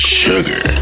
sugar